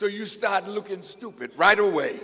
so you start looking stupid right away